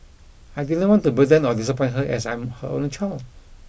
I didn't want to burden or disappoint her as I'm her only child